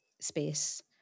space